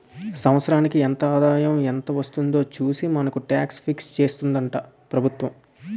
సంవత్సరానికి ఎంత ఆదాయం ఎంత వస్తుందో చూసి మనకు టాక్స్ ఫిక్స్ చేస్తుందట ప్రభుత్వం